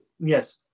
Yes